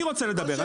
אני רוצה לדבר,